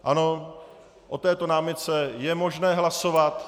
Ano, o této námitce je možné hlasovat.